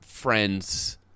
friends